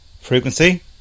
Frequency